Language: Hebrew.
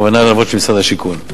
הכוונה להלוואות של משרד השיכון.